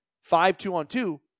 five-two-on-two